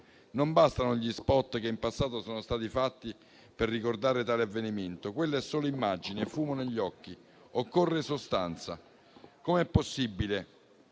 Non bastano gli *spot* che in passato sono stati fatti per ricordare tale avvenimento; quelle sono solo immagini e fumo negli occhi, occorre sostanza. Com'è possibile